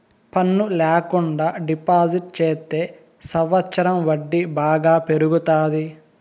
పన్ను ల్యాకుండా డిపాజిట్ చెత్తే సంవచ్చరం వడ్డీ బాగా పెరుగుతాది